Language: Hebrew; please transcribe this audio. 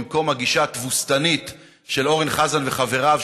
במקום הגישה התבוסתנית של אורן חזן וחבריו,